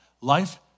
Life